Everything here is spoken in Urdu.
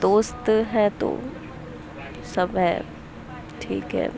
دوست ہیں تو سب ہے ٹھیک ہے